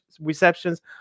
receptions